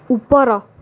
ଉପର